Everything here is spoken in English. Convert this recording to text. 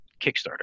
Kickstarter